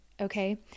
Okay